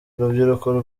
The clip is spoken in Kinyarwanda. urubyiruko